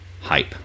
hype